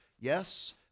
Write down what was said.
Yes